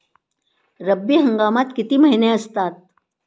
रब्बी हंगामात किती महिने असतात?